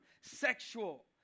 sexual